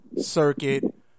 circuit